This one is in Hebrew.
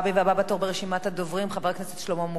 הבא בתור ברשימת הדוברים, חבר הכנסת שלמה מולה.